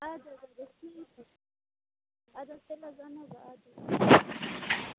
اَدحظ اَد حظ ٹھیٖک چھُ اَد حظ تیٚلہِ حظ اَنہو بہٕ آزٕے